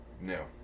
No